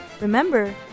Remember